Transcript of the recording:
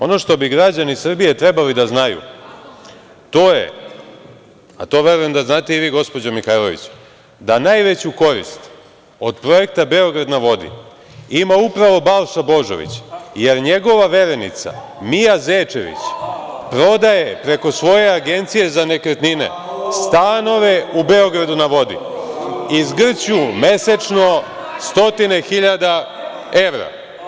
Ono što bi građani Srbije trebali da znaju, to je, a to verujem da znate i vi, gospođo Mihajlović, da najveću korist od projekta „Beograd na vodi“ ima upravo Balša Božović, jer njegova verenica, Mia Zečević prodaje preko svoje agencije za nekretnine stanove u „Beogradu na vodi“ i zgrću mesečno stotine hiljada evra.